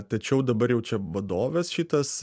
tačiau dabar jau čia vadovės šitas